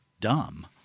dumb